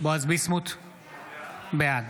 בעד